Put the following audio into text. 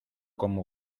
como